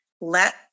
let